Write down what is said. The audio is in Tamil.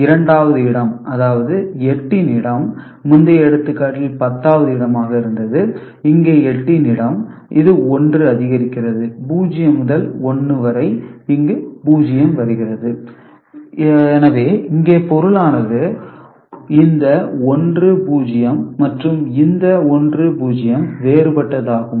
இரண்டாவது இடம் அதாவது 8 இன் இடம் முந்தைய எடுத்துக்காட்டில் 10 இடமாக இருந்தது இங்கே 8 இன் இடம் இது 1 அதிகரிக்கிறது 0 முதல் 1 வரை இங்கு 0 வருகிறது எனவே இங்கே பொருளானது இந்த 1 0 மற்றும் இந்த 1 0 வேறுபட்டது ஆகும்